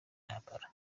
ntambara